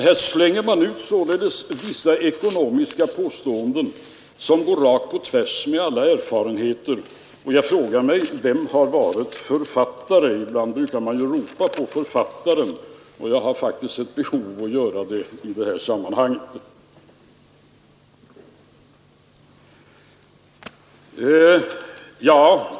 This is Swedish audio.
Här slänger man således ut vissa ekonomiska påståenden som går rakt på tvärs med alla erfarenheter, och jag frågar: Vem har varit författare? Ibland brukar man ropa på författaren, och jag har faktiskt ett behov av att göra det i det här sammanhanget.